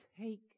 take